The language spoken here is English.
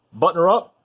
button her up,